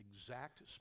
exact